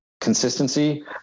consistency